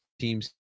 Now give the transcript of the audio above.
teams